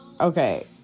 okay